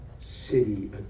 city